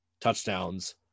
touchdowns